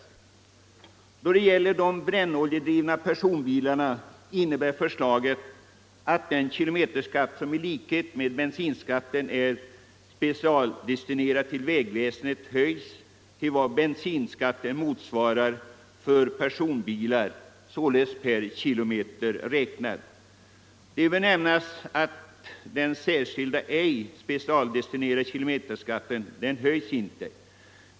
Då det gäller de brännoljedrivna personbilarna innebär förslaget att den kilometerskatt som i likhet med bensinskatten är specialdestinerad till vägväsendet höjs till vad som motsvarar bensinskatten för personbilar, således per kilometer räknat. Det bör nämnas att den särskilda, ej specialdestinerade kilometerskatten inte höjs.